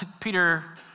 Peter